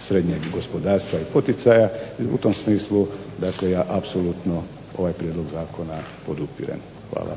srednjeg gospodarstva i poticaja, i u tom smislu dakle ja apsolutno ovaj prijedlog zakona podupirem. Hvala.